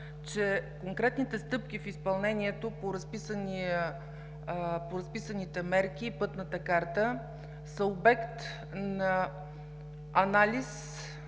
че конкретните стъпки в изпълнение по разписаните мерки и пътната карта са обект на